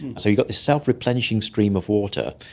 so you've got this self-replenishing stream of water.